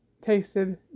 tasted